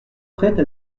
prête